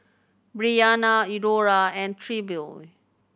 Bryanna Eudora and Trilby